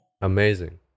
amazing